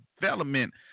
Development